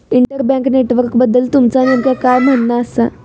inter bank नेटवर्कबद्दल तुमचा नेमक्या काय म्हणना आसा